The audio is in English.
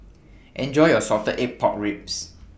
Enjoy your Salted Egg Pork Ribs